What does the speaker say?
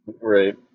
Right